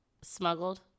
smuggled